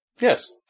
Yes